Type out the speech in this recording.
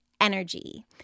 energy